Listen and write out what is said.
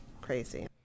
crazy